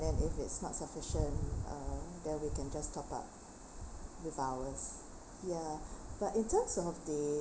then if it's not sufficient uh then we can just top up with ours ya but in terms of